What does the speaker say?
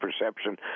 perception